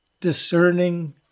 discerning